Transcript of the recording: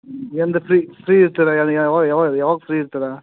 ಎಂದು free free ಇರುತ್ತೀರ ಯಾವ್ ಯಾವ ಯಾವ ಯಾವಾಗ ಫ್ರೀ ಇರುತ್ತೀರ